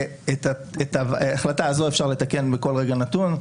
את ההחלטה הזו אפשר לתקן בכל רגע נתון,